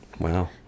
Wow